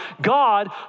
God